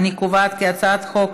אני קובעת כי הצעת חוק